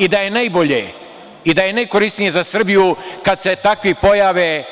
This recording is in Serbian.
I da je najbolje i da je najkorisnije za Srbiju, kada se takvi pojave